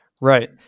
Right